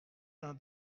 d’un